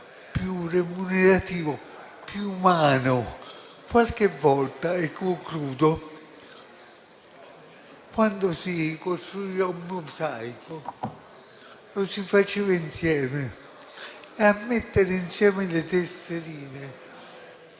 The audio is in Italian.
più remunerativo, sia più umano. Qualche volta, quando si costruiva un mosaico, lo si faceva insieme e a mettere insieme le tesserine